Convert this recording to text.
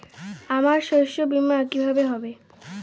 আমার শস্য বীমা কিভাবে হবে?